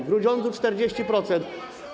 W Grudziądzu o 40%.